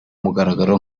mugaragaro